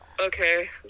okay